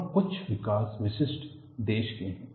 और कुछ विकास विशिष्ट देश के हैं